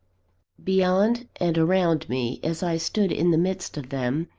beyond and around me, as i stood in the midst of them,